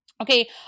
Okay